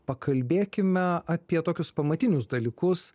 pakalbėkime apie tokius pamatinius dalykus